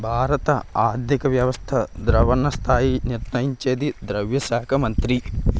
భారత ఆర్థిక వ్యవస్థ ద్రవణ స్థాయి నిర్ణయించేది ద్రవ్య శాఖ మంత్రి